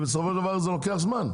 ובסופו של דבר זה לוקח זמן.